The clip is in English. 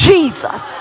Jesus